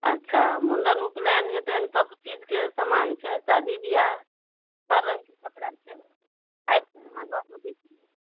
अच्छा मुण्डन उपनयन हेतनि सब चीजके सामान छै शादी बियाह हर रङ्गके कपड़ा छै आबि कऽ अहाँ लए सकय छी